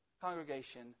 congregation